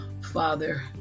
Father